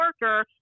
worker